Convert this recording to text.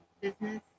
business